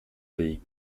pays